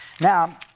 Now